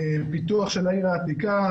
פיתוח של העיר העתיקה,